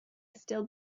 still